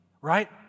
right